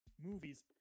movies